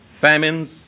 famines